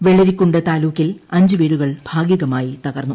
വെള്ളരിക്കുണ്ട് താലൂക്കിൽ അഞ്ച് വീടുകൾ ഭാഗികമായി തകർന്നു